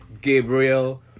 Gabriel